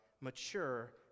mature